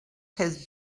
his